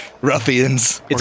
Ruffians